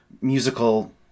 musical